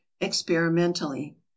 experimentally